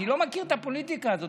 אני לא מכיר את הפוליטיקה הזאת.